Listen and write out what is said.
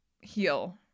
heal